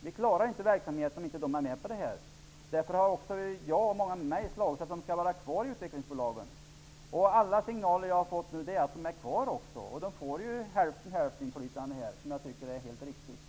Vi klarar inte verksamheten om de inte är med på det här. Därför har jag och många med mig slagits för att landstingen skall vara kvar i utvecklingsbolagen. Alla signaler jag nu har fått säger att de är kvar. De får ett inflytande över hälften, vilket jag tycker är riktigt.